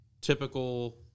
Typical